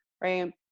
right